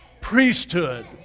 priesthood